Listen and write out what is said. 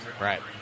Right